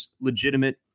legitimate